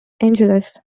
angeles